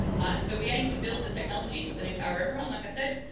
and so we aim to build the technology that empowers everyone, like i said,